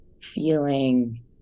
feeling